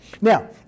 Now